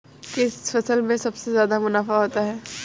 किस फसल में सबसे जादा मुनाफा होता है?